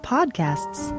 Podcasts